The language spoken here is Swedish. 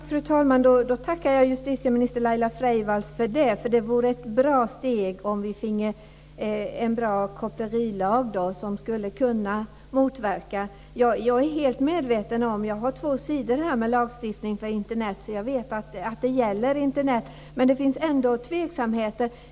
Fru talman! Jag tackar justitieminister Laila Freivalds för det. Det vore ett bra steg om vi finge en bra kopplerilag som skulle kunna motverka detta. Jag har två sidor här med lagstiftning för Internet, och jag vet att lagstiftningen gäller Internet. Men det finns ändå tveksamheter.